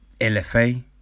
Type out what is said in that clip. LFA